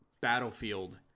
Battlefield